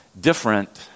different